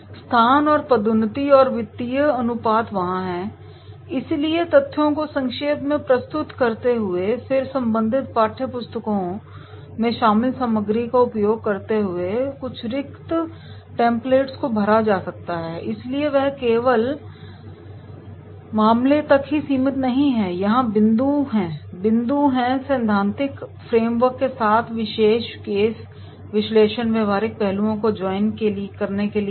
स्थान और पदोन्नति और वित्तीय अनुपात वहाँ हैं इसलिए तथ्यों को संक्षेप में प्रस्तुत करते हुए फिर संबंधित पाठ पुस्तकों में शामिल सामग्री का उपयोग करके कुछ रिक्त टेम्पलेट्स को भरा जा सकता है इसलिए यह केवल मामले तक ही सीमित नहीं है और यहां बिंदु बिंदु है सैद्धांतिक फ्रेमवर्क के साथ विशेष केस विश्लेषण व्यावहारिक पहलू को जोड़ने के लिए है